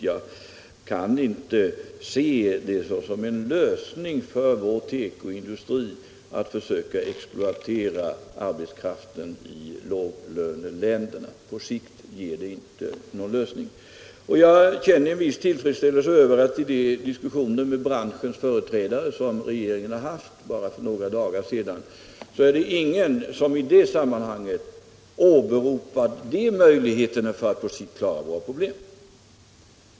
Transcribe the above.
Jag kan inte se att det på sikt är någon lösning för vår tekoindustri att försöka exploatera arbetskraften i låglöneländerna. I de diskussioner med branschens företrädare som regeringen haft för bara några dagar sedan är det ingen — jag känner en viss tillfredsställelse över detta — som åberopat de möjligheterna för att på sikt klara problemen.